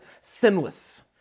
sinless